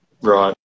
Right